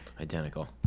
Identical